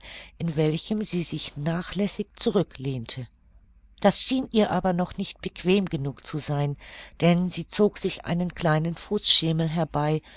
in welchem sie sich nachlässig zurücklehnte das schien ihr aber noch nicht bequem genug zu sein denn sie zog sich einen kleinen fußschemel herbei